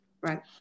right